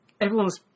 everyone's